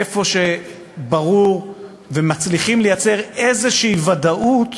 איפה שברור ומצליחים לייצר איזושהי ודאות